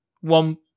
one